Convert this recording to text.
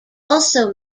also